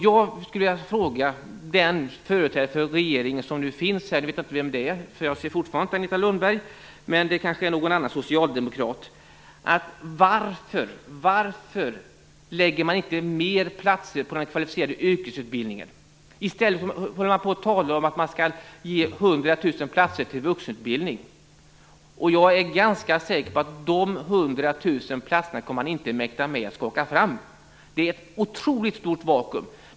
Jag ser fortfarande inte Agneta Lundberg här, men det kanske är någon annan socialdemokrat som är företrädare för regeringen som jag kan fråga: Varför lägger man inte fler platser i den kvalificerade yrkesutbildningen? I stället talar man om att ge 100 000 platser till vuxenutbildning. Jag är ganska säker på att man inte kommer att mäkta att skaka fram dessa Det är ett otroligt stort vakuum.